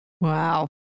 Wow